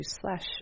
slash